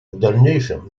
дальнейшем